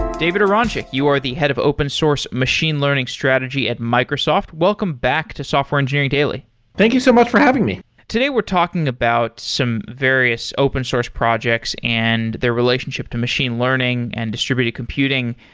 david aronchick, you are the head of open source machine learning strategy at microsoft. welcome back to software engineering daily thank you so much for having me today we're talking about some various open source projects and their relationship to machine learning and distributed computing.